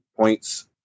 points